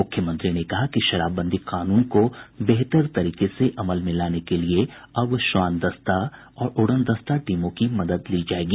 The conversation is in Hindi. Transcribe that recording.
मुख्यमंत्री ने कहा कि शराबबंदी कानून को बेहतर तरीके से अमल में लाने के लिए अब श्वानदस्ता और उड़नदस्ता टीमों की मदद ली जायेगी